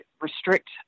restrict